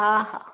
हा हा